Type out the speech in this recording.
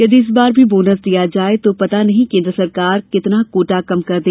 यदि इस बार भी बोनस दिया जाए तो पता नही केंद्र सरकार कितना कोटा कम कर दे